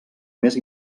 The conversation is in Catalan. més